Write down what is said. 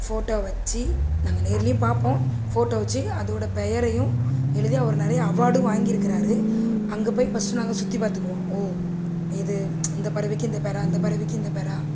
photo வச்சு நாங்கள் நேர்லேயும் பார்ப்போம் ஃபோட்டோ வச்சு அதோடய பெயரையும் எழுதி அவர் நிறைய அவார்டும் வாங்கிருக்கிறாரு அங்கே போய் ஃபஸ்ட்டு நாங்கள் சுற்றி பார்த்துக்குவோம் ஓ இது இந்த பறவைக்கு இந்த பெரா இந்த பறவைக்கு இந்த பெரா